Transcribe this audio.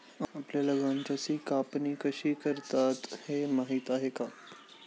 आपल्याला गांजाची कापणी कशी करतात हे माहीत आहे का?